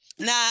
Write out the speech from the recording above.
Nah